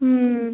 ம்